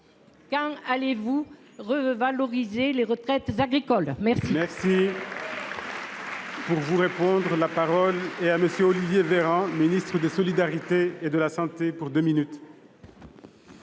quand allez-vous revaloriser les retraites agricoles ? La